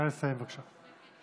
נא לסיים, בבקשה.